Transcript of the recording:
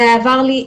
זה עבר לי,